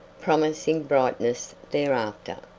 promising brightness thereafter.